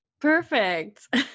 Perfect